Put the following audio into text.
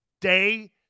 day